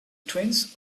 twins